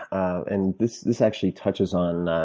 and this this actually touches on